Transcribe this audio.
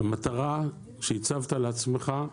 המטרה שהצבת לעצמך,